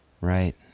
Right